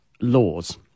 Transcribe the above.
laws